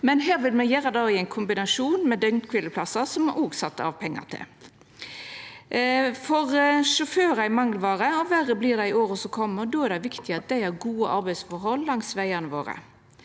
me vil gjera det i kombinasjon med døgnkvileplassar, som me òg har sett av pengar til. Sjåførar er mangelvare, og verre vert det i åra som kjem, og då er det viktig at dei har gode arbeidsforhold langs vegane våre.